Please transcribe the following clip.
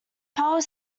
power